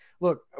Look